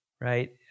right